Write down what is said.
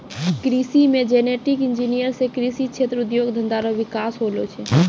कृषि मे genetic engineer से कृषि क्षेत्र उद्योग धंधा रो विकास होलो छै